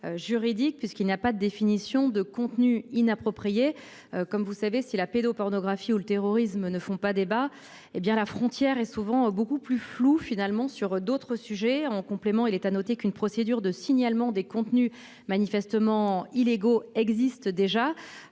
juridique puisqu'il n'a pas de définition de contenus inappropriés. Comme vous savez si la pédo-pornographie ou le terrorisme ne font pas débat. Hé bien la frontière est souvent beaucoup plus flou finalement sur d'autres sujets en complément. Il est à noter qu'une procédure de signalement des contenus manifestement illégaux existent déjà,